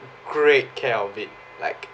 great care of it like